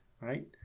right